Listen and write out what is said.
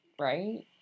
Right